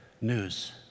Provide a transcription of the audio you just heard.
news